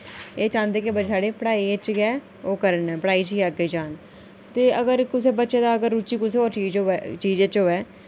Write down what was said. एह् चांह्दे कि बच्चे साढ़े पढ़ाई इच गै ओह् करन पढ़ाई च गै अग्गें जान ते अगर कुसै बच्चे दी अगर रुचि कुसै होर चीज च होऐ चीज च होऐ